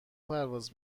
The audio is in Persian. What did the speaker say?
پرواز